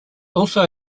also